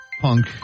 Punk